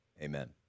Amen